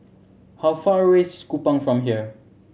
how far away is Kupang from here